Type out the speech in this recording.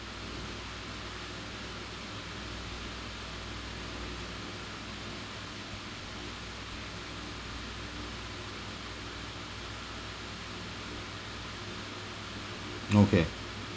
okay